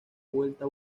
vuelta